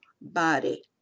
body